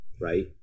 right